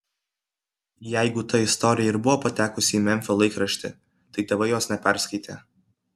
jeigu ta istorija ir buvo patekusi į memfio laikraštį tai tėvai jos neperskaitė